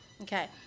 Okay